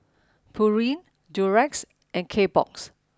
Pureen Durex and Kbox